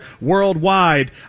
worldwide